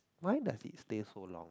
why does it stay so long